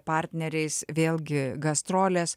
partneriais vėlgi gastrolės